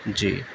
جی